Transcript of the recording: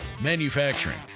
manufacturing